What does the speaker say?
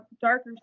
darker